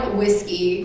whiskey